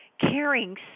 caring